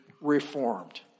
reformed